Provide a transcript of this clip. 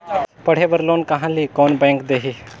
पढ़े बर लोन कहा ली? कोन बैंक देही?